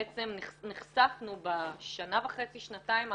נחשפנו בשנה וחצי-שנתיים האחרונות,